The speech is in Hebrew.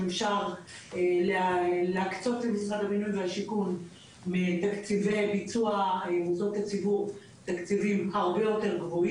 אם אפשר להקצות למשרד הבינוי והשיכון תקציבי ביצוע גבוהים יותר.